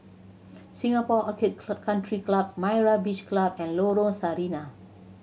Singapore Orchid Country Club Myra Beach Club and Lorong Sarina